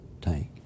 tank